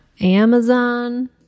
Amazon